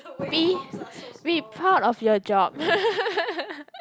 be be proud of your job